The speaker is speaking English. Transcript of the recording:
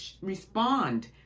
respond